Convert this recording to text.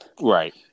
right